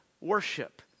Worship